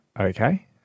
okay